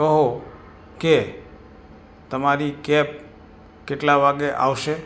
કહો કે તમારી કૅબ કેટલા વાગ્યે આવશે